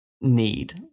need